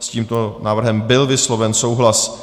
S tímto návrhem byl vysloven souhlas.